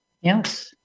Yes